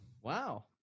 Wow